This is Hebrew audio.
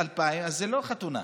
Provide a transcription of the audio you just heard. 2,000 אז היא לא חתונה.